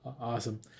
awesome